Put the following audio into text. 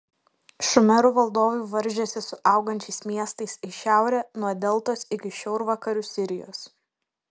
šumerų valdovai varžėsi su augančiais miestais į šiaurę nuo deltos iki šiaurvakarių sirijos